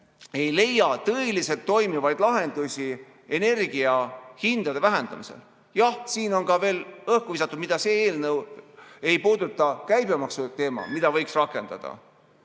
et leida tõeliselt toimivaid lahendusi energiahindade vähendamisele. Jah, siin on õhku visatud see, mida see eelnõu ei puuduta, käibemaksuteema, mida võiks rakendada.